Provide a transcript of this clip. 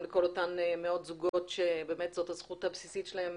לכל אותם מאות זוגות שבאמת זו הזכות הבסיסית שלהם,